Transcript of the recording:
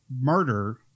murder